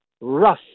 rough